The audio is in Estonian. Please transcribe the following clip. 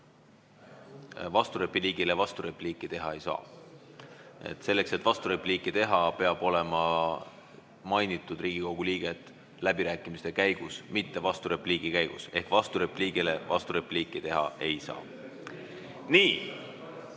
Vasturepliigile vasturepliiki teha ei saa. Selleks et vasturepliiki teha, peab olema Riigikogu liiget mainitud läbirääkimiste käigus, mitte vasturepliigi käigus. Ehk siis vasturepliigile vasturepliiki teha ei saa. Nii,